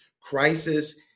Crisis